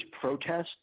protests